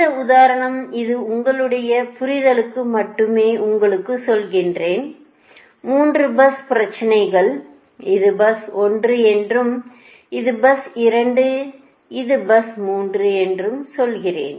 இந்த உதாரணம் இது உங்களுடைய புரிதலுக்காக மட்டுமே உங்களுக்குச் சொல்கிறேன் 3 பஸ் பிரச்சனைகள் இது பஸ் 1 என்றும் இது பஸ் 2 இது பஸ் 3 என்றும் சொல்கிறேன்